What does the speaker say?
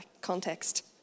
context